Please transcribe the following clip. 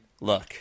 look